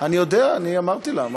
אני יודע, אני אמרתי לה.